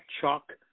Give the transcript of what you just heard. Chuck